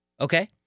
okay